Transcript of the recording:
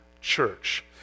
church